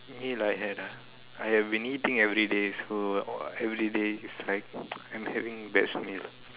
meal I had ah I have been eating everyday so everyday is like I'm having best meal